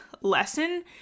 lesson